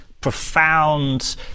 profound